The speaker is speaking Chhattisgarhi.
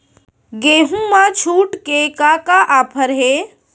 गेहूँ मा छूट के का का ऑफ़र हे?